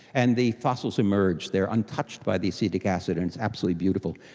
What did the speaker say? and the fossils emerge, they are untouched by the acetic acid and it's absolutely beautiful.